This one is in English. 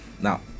now